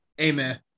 Amen